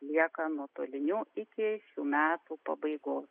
lieka nuotoliniu iki šių metų pabaigos